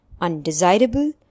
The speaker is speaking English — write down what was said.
undesirable